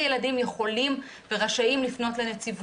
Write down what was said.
ילדים יכולים ורשאים לפנות לנציבות.